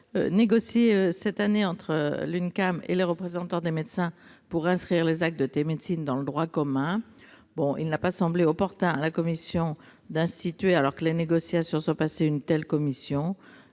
négocié cette année entre l'UNCAM et les représentants des médecins pour inscrire les actes de télémédecine dans le droit commun. Il ne semble pas dès lors opportun d'instituer, alors que ces négociations sont passées, une telle commission